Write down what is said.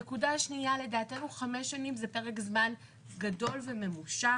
נקודה שנייה: לדעתנו חמש שנים זה פרק זמן גדול וממושך.